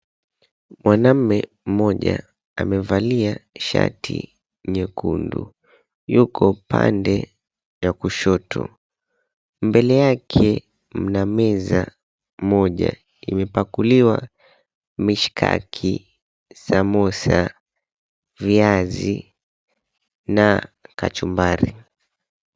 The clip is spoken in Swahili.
Mwanamme mmoja amevalia shati nyekundu. Yuko upande wa kushoto. Mbele yake mna meza moja imepakuliwa mshakiki, samosa, viazi na kachumbari.